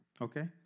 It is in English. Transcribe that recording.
okay